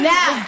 Now